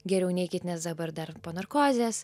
geriau neikit nes dabar dar po narkozės